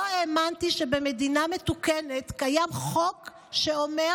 לא האמנתי שבמדינה מתוקנת קיים חוק שאומר